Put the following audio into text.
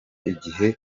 igihe